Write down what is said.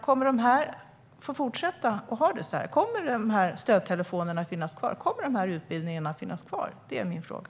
Kommer de att få fortsätta? Kommer stödtelefonen och dessa utbildningar att finnas kvar? Det är min fråga.